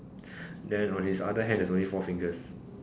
then on his other hand there's only four fingers